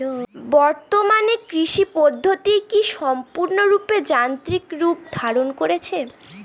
বর্তমানে কৃষি পদ্ধতি কি সম্পূর্ণরূপে যান্ত্রিক রূপ ধারণ করেছে?